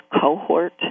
cohort